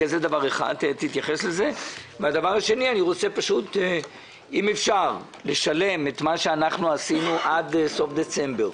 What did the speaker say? הערה שנייה אם אפשר לשלם את מה שאנחנו עשינו עד סוף דצמבר.